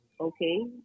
okay